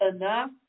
enough